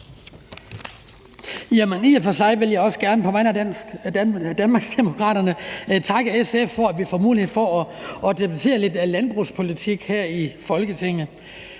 I og for sig vil jeg også gerne på vegne af Danmarksdemokraterne takke SF for, at vi får mulighed for at debattere lidt landbrugspolitik her i Folketinget.